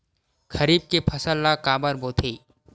खरीफ के फसल ला काबर बोथे?